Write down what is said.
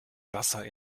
wasser